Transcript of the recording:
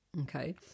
okay